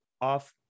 off